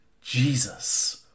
Jesus